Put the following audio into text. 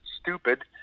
stupid